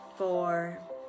Four